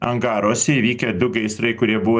angaruose įvykę du gaisrai kurie buvo